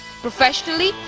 professionally